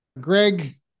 Greg